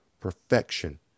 perfection